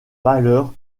valeur